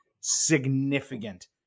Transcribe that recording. significant